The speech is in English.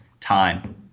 time